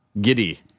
giddy